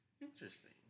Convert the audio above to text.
Interesting